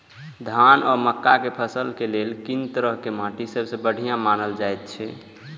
धान आ मक्का के फसल के लेल कुन तरह के माटी सबसे बढ़िया मानल जाऐत अछि?